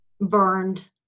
burned